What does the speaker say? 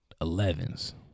Elevens